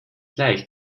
leicht